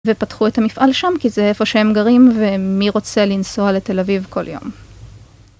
ופתחו את המפעל שם כי זה איפה שהם גרים ומי רוצה לנסוע לתל אביב כל יום.